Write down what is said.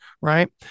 right